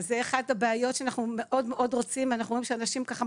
אז זו אחת הבעיות שאנחנו מאוד-מאוד רוצים אנחנו רואים שאנשים ככה,